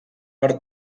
per